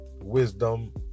wisdom